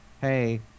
hey